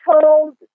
told